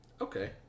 Okay